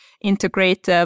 integrate